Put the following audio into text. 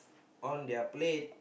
on their plate